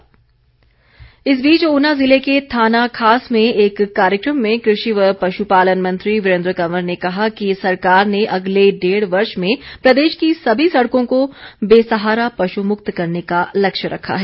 वीरेन्द्र कंवर इस बीच ऊना ज़िले के थाना खास में एक कार्यक्रम में कृषि व पश्पालन मंत्री वीरेन्द्र कंवर ने कहा कि सरकार ने अगले डेढ़ वर्ष में प्रदेश की सभी सड़कों को बेसहारा पशुमुक्त करने का लक्ष्य रखा है